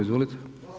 Izvolite.